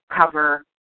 cover